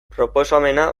proposamena